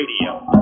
Radio